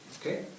okay